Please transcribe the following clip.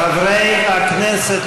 חברי הכנסת,